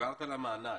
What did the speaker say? דיברת על המענק,